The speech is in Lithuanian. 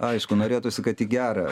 aišku norėtųsi kad į gera